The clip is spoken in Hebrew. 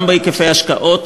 גם בהיקפי ההשקעות,